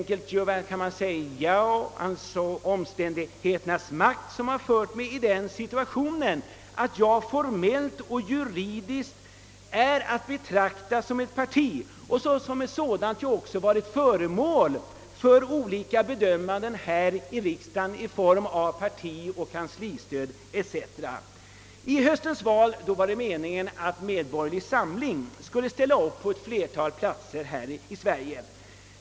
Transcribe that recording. Omständigheterna har således medfört att jag formellt är att betrakta som ett parti och som sådant också varit föremål för diskussioner här i riksdagen om partioch kanslistöd, för att nämna några exempel. I höstens val var det meningen att Medborgerlig Samling skulle ställa upp på ett flertal platser i Sverige.